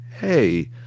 hey